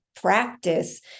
practice